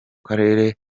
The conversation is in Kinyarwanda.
karere